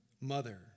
mother